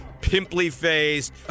pimply-faced